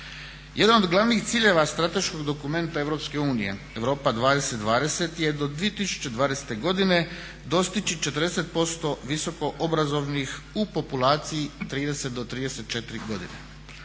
Jedan od glavnih ciljeva strateškog dokumenta EU Europa 2020 je do 2020. godine dostići 40% visokoobrazovnih u populaciji 30 do 34 godine.